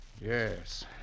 Yes